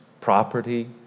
property